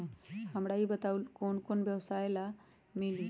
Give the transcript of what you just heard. हमरा ई बताऊ लोन कौन कौन व्यवसाय ला मिली?